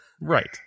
Right